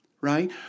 right